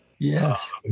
yes